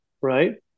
right